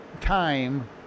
time